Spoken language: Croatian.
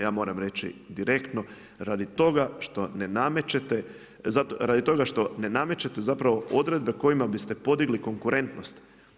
Ja moram reći direktno radi toga što ne namećete, radi toga što ne namećete zapravo odredbe kojima biste podigli konkurentnost.